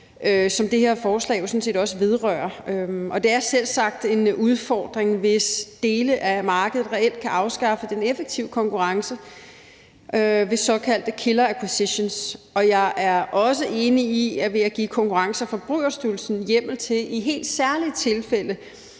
som det her forslag jo sådan set også vedrører. Det er selvsagt en udfordring, hvis dele af markedet reelt kan afskaffe den effektive konkurrence ved såkaldte killer acquisitions, og jeg er også enig i, at det at give Konkurrence- og Forbrugerstyrelsen hjemmel til i helt særlige tilfælde